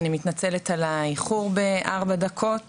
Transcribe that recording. אני מתנצלת על האיחור בארבע דקות.